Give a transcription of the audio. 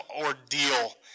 ordeal